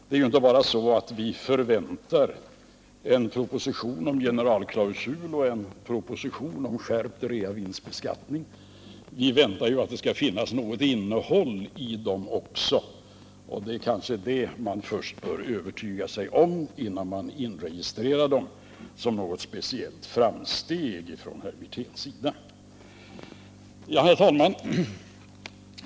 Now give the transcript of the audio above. Det är ju inte bara så, att vi förväntar en proposition om generalklausul och en proposition om skärpt reavinstbeskattning, utan vi väntar också att det skall finnas något innehåll i dem, och det är kanske det man först bör övertyga sig om innan man inregistrerar dem som något speciellt framsteg för herr Wirtén. Herr talman!